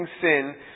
sin